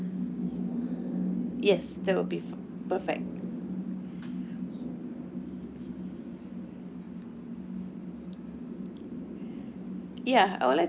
yes that will be f~ perfect